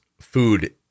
food